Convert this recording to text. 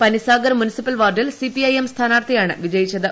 Panisagar municipal വാർഡിൽ സിപിഐഎം സ്ഥാനാർഥിയാണ് വിജയിച്ചത്